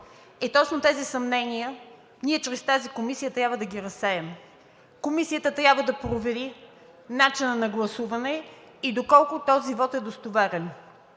И точно тези съмнения ние чрез тази комисия трябва да ги разсеем. Комисията трябва да провери начина на гласуване и доколко този вот е достоверен.